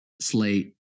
slate